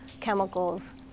chemicals